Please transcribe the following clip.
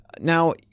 Now